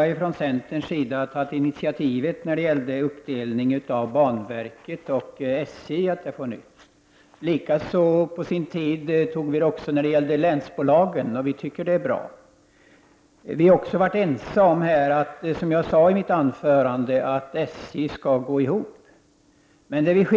Vi från centern har tagit initiativet när det gällde uppdelningen på banverket och SJ. Likaså tog vi initiativet när det gällde länsbolagen, vilket vi tyckte var bra. Vi har i utskottet även varit ense om, som jag sade, att SJ skall gå ihop ekonomiskt.